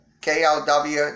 K-L-W